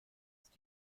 ist